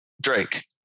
Drake